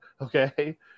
okay